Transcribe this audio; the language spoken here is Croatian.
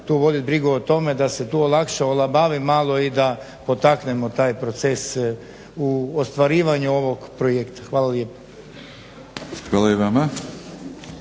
tu vodit brigu o tome da se tu olakša, olabavi malo i da potaknemo taj proces u ostvarivanju ovog projekta. Hvala lijepa. **Batinić,